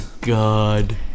god